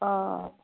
অঁ